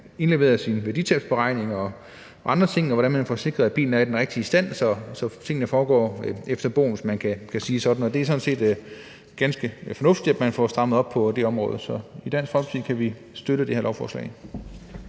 indleveret sin værditabsberegning og andre ting, og for, hvordan man får sikret, at bilen er i den rigtige stand, så tingene foregår efter bogen, hvis man kan sige det sådan. Det er sådan set ganske fornuftigt, at man får strammet op på det område. Så i Dansk Folkeparti kan vi støtte det her lovforslag.